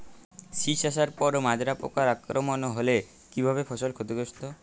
শীষ আসার পর মাজরা পোকার আক্রমণ হলে কী ভাবে ফসল ক্ষতিগ্রস্ত?